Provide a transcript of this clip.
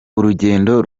urugendo